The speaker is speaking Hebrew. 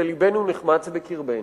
ולבנו נחמץ בקרבנו.